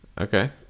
okay